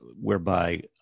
whereby